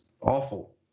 awful